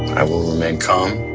i will remain calm.